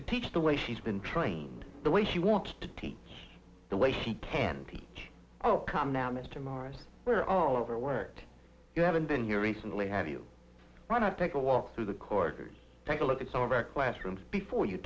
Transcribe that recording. to teach the way she's been trained the way she wants to teach the way she can teach oh come now mr morris we're all overworked you haven't been here recently have you want to take a walk through the corridors take a look at some of our classrooms before you